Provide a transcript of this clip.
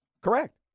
Correct